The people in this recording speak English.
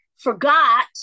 forgot